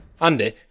Andy